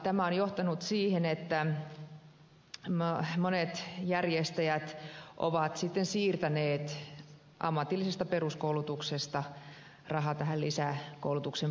tämä on johtanut siihen että monet järjestäjät ovat sitten siirtäneet ammatillisesta peruskoulutuksesta rahaa lisäkoulutuksen puolelle